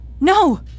No